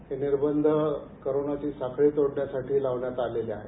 हे निर्बंध कोरोनाची साखळी तोडण्यासाठी लावण्यात आलेले आहे